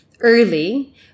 early